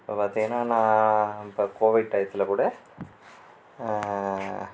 இப்போ பார்த்தீங்கன்னா நான் இப்போ கோவிட் டயத்தில் கூட